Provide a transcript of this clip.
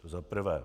To za prvé.